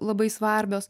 labai svarbios